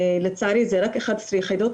לצערי זה רק 11 יחידות,